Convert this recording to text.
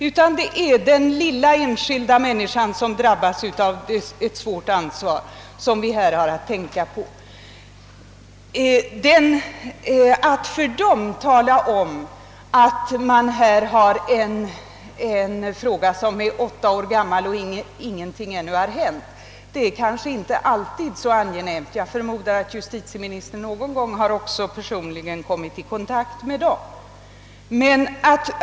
Men att för dessa människor tala om att vi här har en fråga som är 8 år gammal men beträffande vilken ännu ingenting har hänt är kanske inte alltid så angenämt. Jag förmodar att justitieministern någon gång personligen har kommit i kontakt med de enskilda människorna.